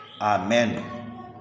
Amen